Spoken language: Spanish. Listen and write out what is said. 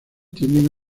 tienden